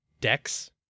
decks